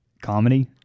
comedy